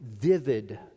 vivid